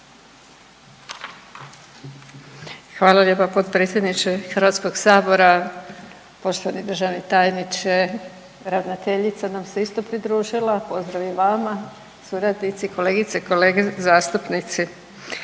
Hvala lijepa potpredsjedniče Hrvatskog sabora. Poštovani državni tajniče, ravnateljica nam se isto pridružila, pozdrav i vama suradnici, kolegice i kolege zastupnici